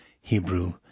Hebrew